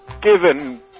given